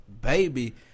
baby